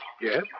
Yes